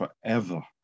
forever